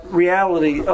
reality